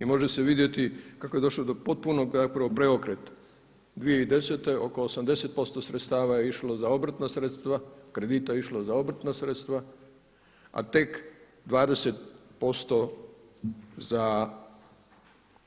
I može se vidjeti kako je došlo do potpunog preokreta, 2010. oko 80% sredstava je išlo za obrtna sredstva, kredita je išlo za obrtna sredstva a tek 20% za